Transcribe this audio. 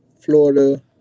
Florida